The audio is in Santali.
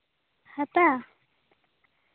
ᱦᱟᱛᱟ